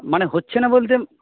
মানে হচ্ছে না বলতে